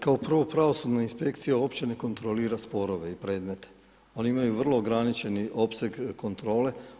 Kao prvo, pravosudna inspekcija uopće ne kontrolira sporove i predmete ali imaju vrlo ograničeni opseg kontrole.